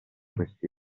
questi